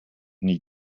nie